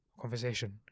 conversation